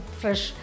fresh